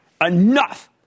enough